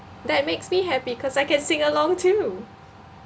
that makes me happy cause I can sing along too